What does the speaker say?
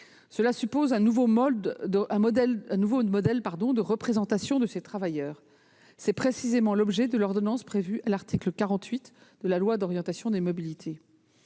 Cela suppose un nouveau modèle de représentation de ces travailleurs. C'est précisément l'objet de l'ordonnance prévue à l'article 48 de la loi d'orientation des mobilités.